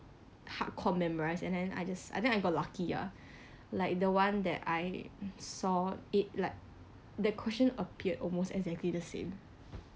hardcore memorize and then I just I think I got lucky ah like the one that I saw it like the question appeared almost exactly same